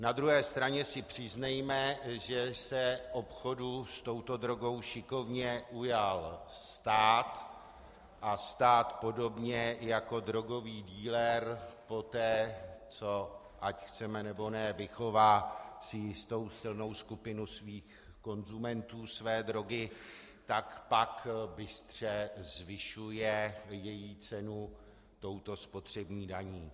Na druhé straně si přiznejme, že se obchodu s touto drogou šikovně ujal stát a stát podobně jako drogový dealer poté, co si ať chceme nebo ne vychová jistou silnou skupinu konzumentů své drogy, tak pak bystře zvyšuje její cenu touto spotřební daní.